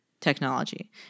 technology